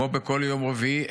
כמו בכל יום רביעי,